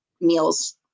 meals